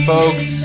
Folks